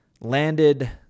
landed